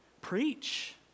preach